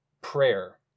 prayer